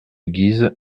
guise